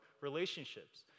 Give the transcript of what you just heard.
relationships